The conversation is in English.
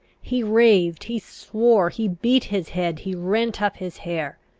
he raved, he swore, he beat his head, he rent up his hair.